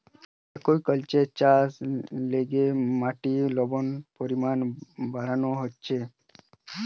aquaculture চাষের লিগে মাটির লবণের পরিমান বাড়ানো হতিছে